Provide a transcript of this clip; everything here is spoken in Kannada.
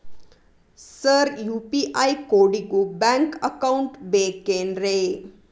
ಸರ್ ಯು.ಪಿ.ಐ ಕೋಡಿಗೂ ಬ್ಯಾಂಕ್ ಅಕೌಂಟ್ ಬೇಕೆನ್ರಿ?